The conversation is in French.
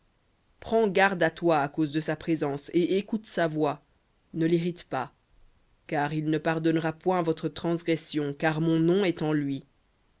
prends garde à toi à cause de sa présence et écoute sa voix ne l'irrite pas car il ne pardonnera point votre transgression car mon nom est en lui